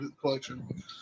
collection